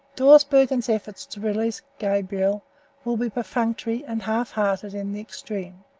dawsbergen's efforts to release gabriel will be perfunctory and halfhearted in the extreme.